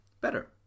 better